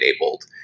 enabled